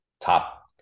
top